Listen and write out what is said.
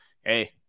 hey